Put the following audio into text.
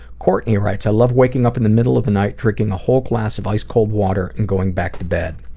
courtney writes i love waking up in the middle of the night, drinking a whole glass of ice cold water and going back to bed.